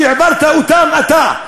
שהעברת אותם אתה,